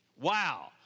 Wow